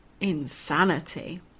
Insanity